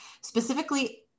specifically